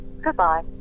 Goodbye